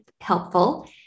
helpful